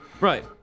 Right